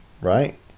right